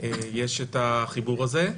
יש החיבור הזה.